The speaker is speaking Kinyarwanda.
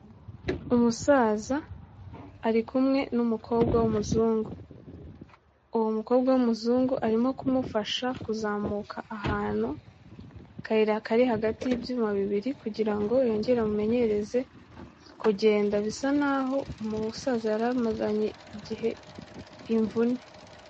Umusaza ari kumwe n'umukobwa w'umuzungu, uwo mukobwa w'umuzungu arimo kumufasha kuzamuka ahantu, akayira kari hagati y'ibyuma bibiri, kugira ngo yongere amumenyereze kugenda, bisa naho umusaza yari amaranye igihe imvune.